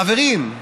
חברים,